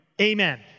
amen